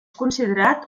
considerat